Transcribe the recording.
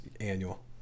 annual